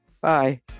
Bye